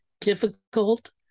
difficult